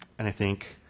and i think,